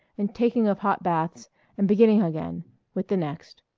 and taking of hot baths and beginning again with the next.